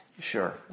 sure